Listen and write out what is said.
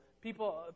people